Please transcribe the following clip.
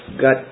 got